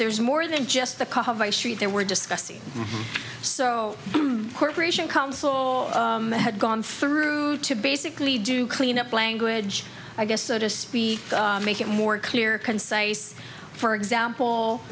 there's more than just the vice street there were discussing so corporation council had gone through to basically do cleanup language i guess so to speak make it more clear concise for example